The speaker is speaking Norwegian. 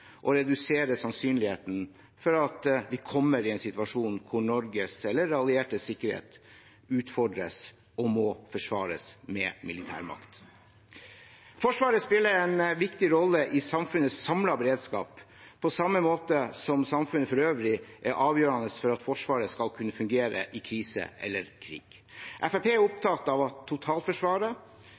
og redusere sannsynligheten for at vi kommer i en situasjon der Norges eller alliertes sikkerhet utfordres og må forsvares med militær makt. Forsvaret spiller en viktig rolle i samfunnets samlede beredskap, på samme måte som samfunnet for øvrig er avgjørende for at Forsvaret skal kunne fungere i krise eller krig. Fremskrittspartiet er opptatt av at totalforsvaret,